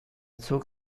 zog